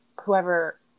whoever